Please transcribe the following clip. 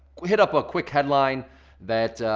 we hit up a quick headline that,